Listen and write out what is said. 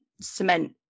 cement